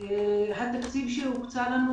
התקציב שהוקצה לנו